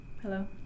Hello